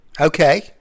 Okay